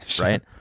right